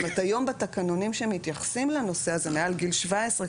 זאת אומרת היום בתקנונים שמתייחסים לנושא הזה מעל גיל 17,